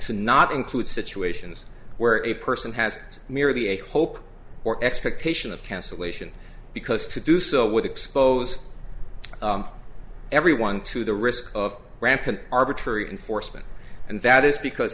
to not include situations where a person has merely a hope or expectation of cancellation because to do so would expose everyone to the risk of rampant arbitrary enforcement and that is because